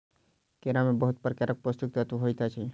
केरा में बहुत प्रकारक पौष्टिक तत्व होइत अछि